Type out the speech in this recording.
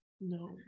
No